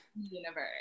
Universe